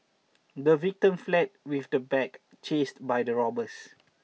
the victim fled with the bag chased by the robbers